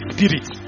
Spirit